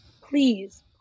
please